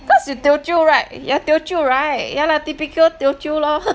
cause you teochew right you're teochew right ya lah typical teochew lor